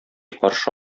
каршы